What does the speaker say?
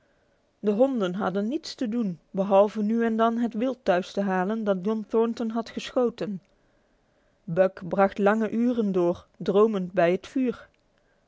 de honden hadden niets te doen behalve nu en dan het wild thuis halen dat john thornton had geschoten buck bracht lange uren door dromend bij het vuur